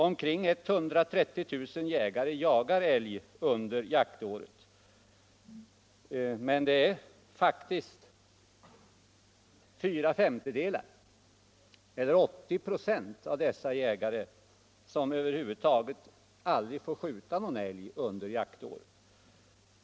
Omkring 130 000 personer jagar älg under jaktåret, men det är faktiskt fyra femtedelar eller 80 96 av dessa jägare som över huvud taget aldrig får skjuta någon älg.